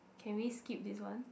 can we skip this one